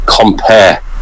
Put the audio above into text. compare